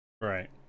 Right